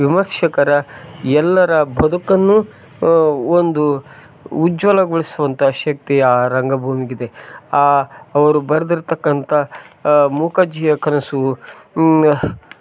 ವಿಮರ್ಶಕರ ಎಲ್ಲರ ಬದುಕನ್ನು ಒಂದು ಉಜ್ವಲಗೊಳಿಸುವಂತ ಶಕ್ತಿ ಆ ರಂಗಭೂಮಿಗೆ ಇದೆ ಆ ಅವರು ಬರೆದಿರ್ತಕ್ಕಂತ ಮೂಕಜ್ಜಿಯ ಕನಸು